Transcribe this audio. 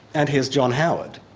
and here's john howard.